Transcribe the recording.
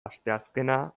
asteazkena